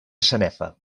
sanefa